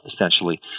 essentially